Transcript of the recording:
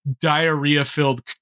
diarrhea-filled